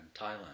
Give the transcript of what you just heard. Thailand